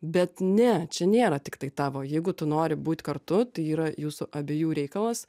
bet ne čia nėra tiktai tavo jeigu tu nori būt kartu tai yra jūsų abiejų reikalas